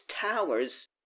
towers